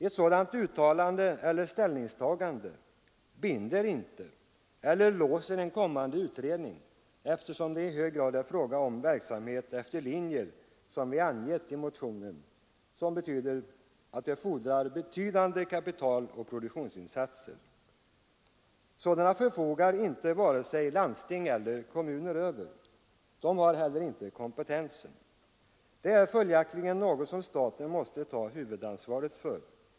Ett sådant uttalande eller ställningstagande låser inte en kommande utredning, eftersom det i hög grad är fråga om verksamhet efter linjer som vi angett i motionen och som fordrar betydande kapital och produktionsinsatser. Sådana förfogar inte vare sig landsting eller kommuner över. De har heller inte kompetensen. Det är följaktligen något som staten måste ta huvudansvaret för.